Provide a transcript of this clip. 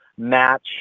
match